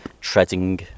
treading